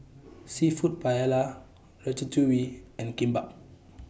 Seafood Paella Ratatouille and Kimbap